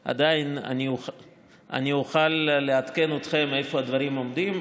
אבל עדיין אוכל לעדכן אתכם איפה הדברים עומדים.